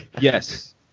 Yes